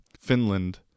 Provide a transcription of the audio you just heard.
Finland